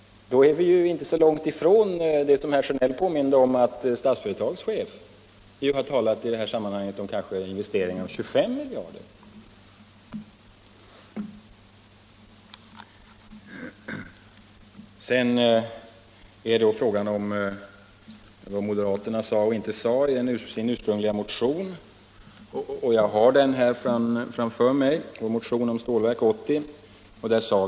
Då är vi inte så långt ifrån det som herr Sjönell påminde om att Statsföretags chef har talat om i det här sammanhanget, nämligen investeringar på kanske 25 miljarder kronor. Sedan är det då fråga om vad moderaterna skrev och inte skrev i sin ursprungliga motion. Jag har vår motion om Stålverk 80 framför mig.